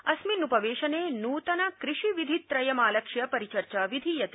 अस्मिन् उपवेशने नृतन कृषि विधित्रयमालक्ष्य परिचर्चा विधीयते